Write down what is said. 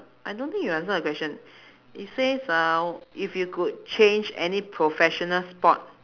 I don't think you answer the question it says uh if you could change any professional sport